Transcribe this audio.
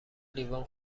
لیوان